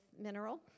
Mineral